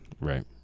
Right